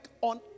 on